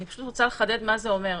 אני רוצה לחדד מה זה אומר.